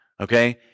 okay